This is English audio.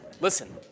Listen